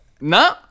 No